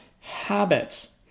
habits